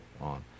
on